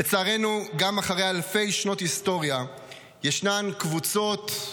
לצערנו, גם אחרי אלפי שנות היסטוריה יש קבוצות,